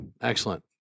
Excellent